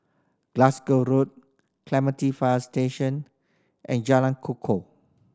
Glasgow Road Clementi Fire Station and Jalan Kukoh